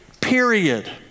period